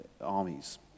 armies